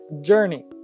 Journey